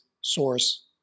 source